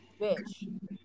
Bitch